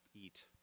eat